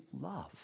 love